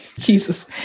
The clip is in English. Jesus